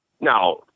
now